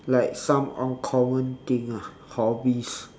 like some uncommon thing ah hobbies